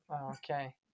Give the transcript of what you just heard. Okay